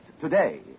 today